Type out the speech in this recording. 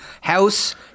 house